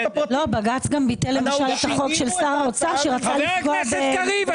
בג"ץ גם ביטל את החוק של שר האוצר שרצה לקבוע- -- חבר הכנסת קריב,